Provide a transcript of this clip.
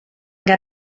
get